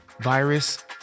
virus